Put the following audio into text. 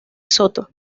soto